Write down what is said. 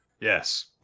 Yes